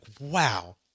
wow